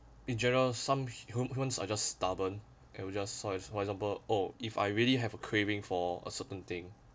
in general some hum~ humans are just stubborn and just for example oh if I really have a craving for a certain thing